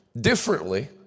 differently